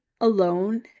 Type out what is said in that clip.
alone